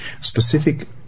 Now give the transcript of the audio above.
specific